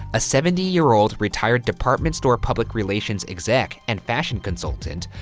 a seventy year old retired department store public relations exec and fashion consultant,